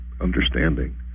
understanding